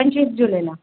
पंचवीस जुलैला